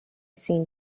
seen